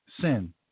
sin